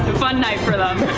fun night for them.